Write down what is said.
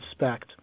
inspect